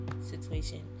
situation